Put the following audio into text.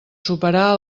superar